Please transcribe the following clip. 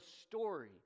story